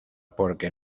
porque